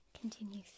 continue